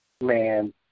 Man